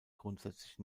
grundsätzlich